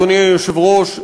אדוני היושב-ראש,